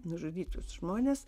nužudytus žmones